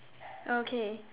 okay